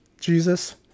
Jesus